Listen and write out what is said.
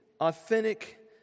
Authentic